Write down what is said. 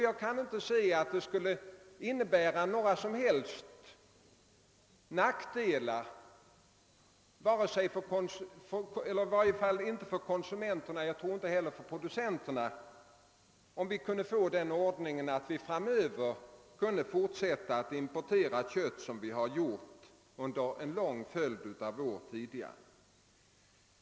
Jag kan inte finna att det skulle innebära några som helst nackdelar, i varje fall inte för konsumenterna och knappast heller för producenterna, om vi kunde få den ordningen att vi även framöver kunde importera kött på samma sätt som vi tidigare gjort under en lång följd av år.